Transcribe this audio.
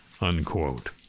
Unquote